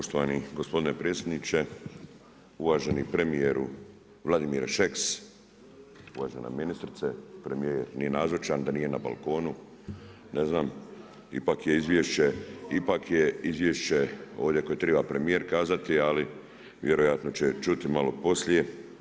Poštovani gospodine predsjedniče, uvaženi premijeru Vladimire Šeks, uvažena ministrice, premijer nije nazočan, da nije balkonu, ne znam, ipak je izvješće ovdje koje treba premijer kazati ali vjerojatno će čuti malo poslije.